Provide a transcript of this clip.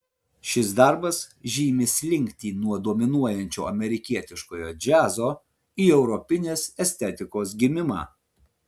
šis darbas žymi slinktį nuo dominuojančio amerikietiškojo džiazo į europinės estetikos gimimą